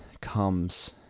comes